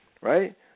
right